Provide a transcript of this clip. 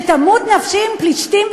תמות נפשי עם פלישתים,